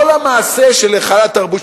כל המעשה של היכל התרבות,